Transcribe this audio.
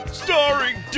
starring